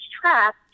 trapped